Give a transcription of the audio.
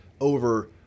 over